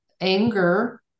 Anger